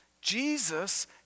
Jesus